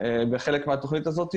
בחלק מהתכנית הזאת.